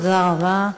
תודה רבה.